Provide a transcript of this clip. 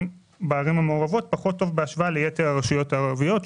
בערים המעורבות פחות טוב לעומת יתר הרשויות הערביות,